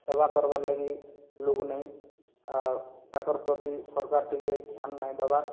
ସେବା କରିବାର ଲାଗି ଲୋକ ନାହିଁ ଆର୍ ତାଙ୍କର ପ୍ରତି ସରକାର ଟିକେ ଧ୍ୟାନ ନାହିଁ ଦେବାର